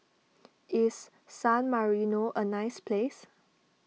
is San Marino a nice place